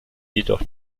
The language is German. jedoch